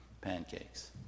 pancakes